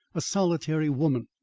a solitary woman,